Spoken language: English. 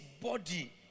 body